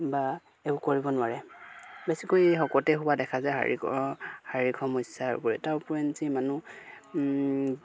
বা একো কৰিব নোৱাৰে বেছিকৈ শকতে হোৱা দেখা যায় শাৰীৰিক অঁ শাৰীৰিক সমস্যাৰ উপৰি তাৰ উপৰিঞ্চি মানুহ